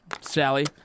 Sally